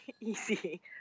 easy